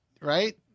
right